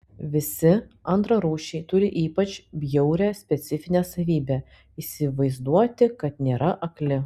visi antrarūšiai turi ypač bjaurią specifinę savybę įsivaizduoti kad nėra akli